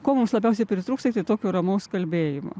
ko mums labiausiai pritrūksta tai tokio ramaus kalbėjimo